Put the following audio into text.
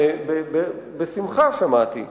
בשמחה שמעתי,